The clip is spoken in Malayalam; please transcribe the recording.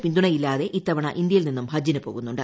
പിന്തുണയില്ലാതെ ഇത്തവണ ഇന്തൃയിൽ നിന്നും ഹജ്ജിന് പോകുന്നുണ്ട്